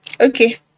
okay